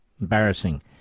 Embarrassing